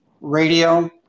radio